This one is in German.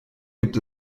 gibt